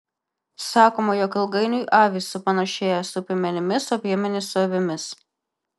sakoma jog ilgainiui avys supanašėja su piemenimis o piemenys su avimis